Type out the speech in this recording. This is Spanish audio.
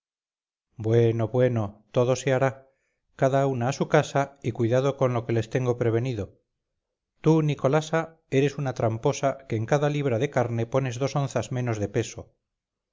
bueno bueno todo se hará cada una a su casa y cuidado con lo que les tengo prevenido tú nicolasa eres una tramposa que en cada libra de carne pones dos onzas menos de peso